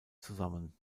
zusammen